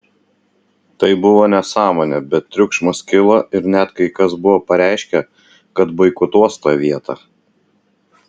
tai buvo nesąmonė bet triukšmas kilo ir net kai kas buvo pareiškę kad boikotuos tą vietą